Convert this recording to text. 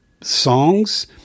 songs